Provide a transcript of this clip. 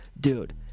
Dude